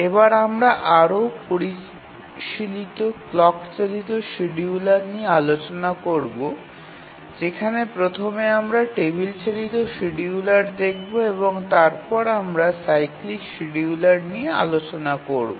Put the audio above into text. এবার আমরা আরও পরিশীলিত ক্লক চালিত শিডিয়ুলার নিয়ে আলোচনা করব যেখানে প্রথমে আমরা টেবিল চালিত শিডিয়ুলার দেখবো এবং তারপরে আমরা সাইক্লিক শিডিয়ুলার নিয়ে আলোচনা করব